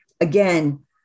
again